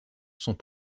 sont